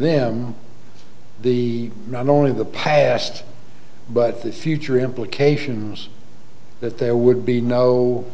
them the not only the past but future implications that there would be no